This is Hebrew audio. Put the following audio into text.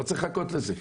לא צריך לחכות לזה,